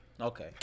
Okay